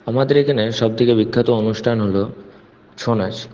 আমাদের এখানে সবথেকে বিখ্যাত অনুষ্ঠান হলো ছৌ নাচ